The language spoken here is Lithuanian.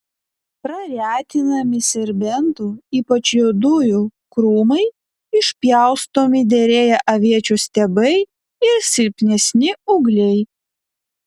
praretinami serbentų ypač juodųjų krūmai išpjaustomi derėję aviečių stiebai ir silpnesni ūgliai